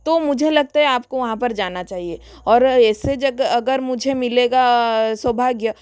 तो मुझे लगता है आपको वहाँ पर जाना चाहिए और ऐसे जगह अगर मुझे मिलेगा सौभाग्य